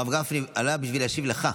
הרב גפני עלה בשביל להשיב לך.